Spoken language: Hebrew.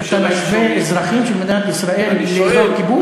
אתה משווה אזרחים של מדינת ישראל לאזור כיבוש?